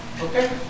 Okay